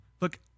Look